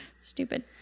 Stupid